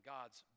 God's